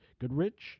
Goodrich